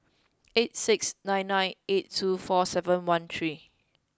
eight six nine nine eight two four seven one three